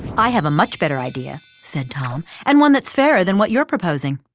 i have a much better idea, said tom. and one that's fairer than what you're proposing.